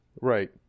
Right